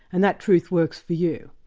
and that truth works for you.